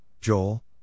Joel